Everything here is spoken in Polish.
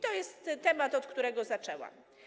To jest temat, od którego zaczęłam.